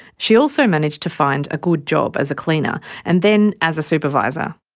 she also managed to find a good job as a cleaner and then as a supervisor.